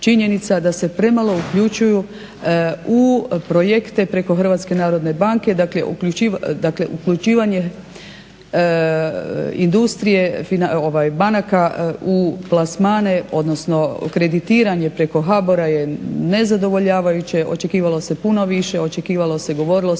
da se premalo uključuju u projekte preko HNB-a. Dakle, uključivanje industrije banaka u plasmane, odnosno kreditiranje preko HBOR-a je nezadovoljavajuće, očekivalo se puno više, očekivalo se i govorilo se